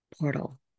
portal